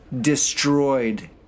destroyed